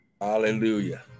Hallelujah